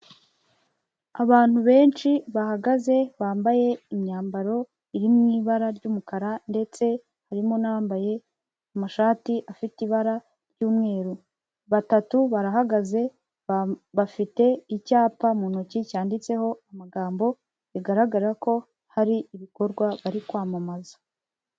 Abantu benshi bahagaze bambaye imyambaro iri mu ibara ry'umukara ndetse harimo n'abambaye amashati afite ibara ry'umweru, batatu barahagaze bafite icyapa mu ntoki cyanditseho amagambo, bigaragara ko hari ibikorwa bari kwamamaza.